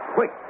Quick